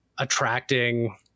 attracting